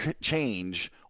change